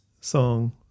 song